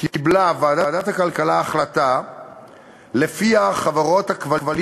קיבלה ועדת הכלכלה החלטה שלפיה חברות הכבלים